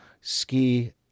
ski